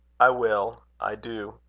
i will. i do.